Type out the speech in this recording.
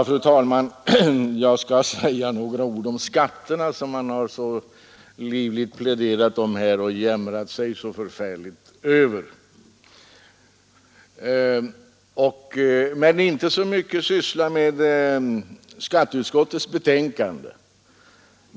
Fru talman! Jag skall säga några ord om skatterna, som man under denna debatt så livligt talat om och så förfärligt jämrat sig över. Jag skall dock inte så mycket syssla med skatteutskottets betänkande.